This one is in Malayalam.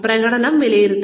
പ്രകടനം വിലയിരുത്തുക